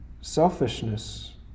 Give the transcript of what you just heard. selfishness